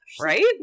Right